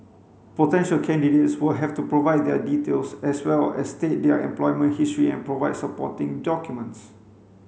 potential candidates will have to provide their details as well as state their employment history and provide supporting documents